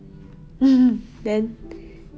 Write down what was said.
mmhmm then